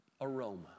aroma